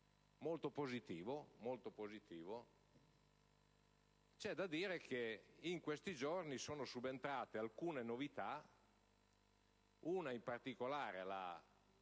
molto positivo, va detto che in questi giorni sono subentrate alcune novità; in particolare,